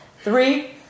three